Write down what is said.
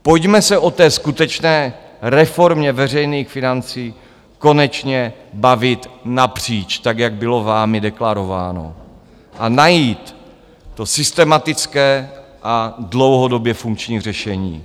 Pojďme se o té skutečné reformě veřejných financí konečně bavit napříč, tak jak bylo vámi deklarováno, a najít to systematické a dlouhodobě funkční řešení.